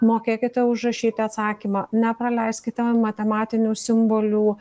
mokėkite užrašyti atsakymą nepraleiskite matematinių simbolių